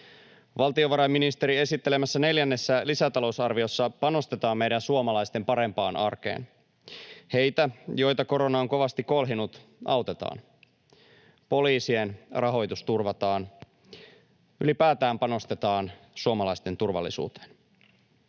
Valtiovarainministerin esittelemässä neljännessä lisätalousarviossa panostetaan meidän suomalaisten parempaan arkeen. Heitä, joita korona on kovasti kolhinut, autetaan. Poliisien rahoitus turvataan, ja ylipäätään panostetaan suomalaisten turvallisuuteen.